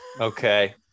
Okay